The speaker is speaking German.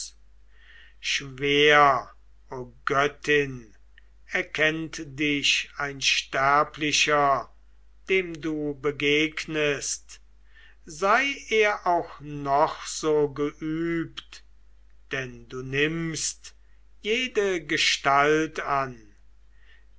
schwer o göttin erkennt dich ein sterblicher dem du begegnest sei er auch noch so geübt denn du nimmst jede gestalt an